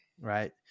right